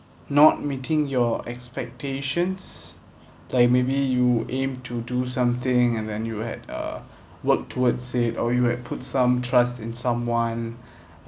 not meeting your expectations like maybe you aim to do something and then you had uh work towards it or you had put some trust in someone